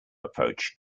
approach